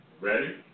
Ready